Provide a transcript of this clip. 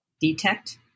detect